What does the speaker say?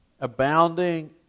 abounding